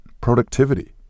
productivity